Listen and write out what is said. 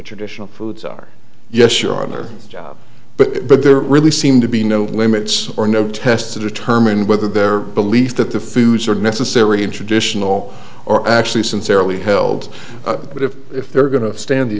traditional foods are yes sure other jobs but but they're really seemed to be no limits or no tests to determine whether their belief that the foods are necessary in traditional or actually sincerely held but if if they're going to stand the